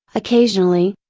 occasionally,